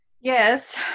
Yes